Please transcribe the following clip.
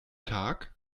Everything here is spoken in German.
tag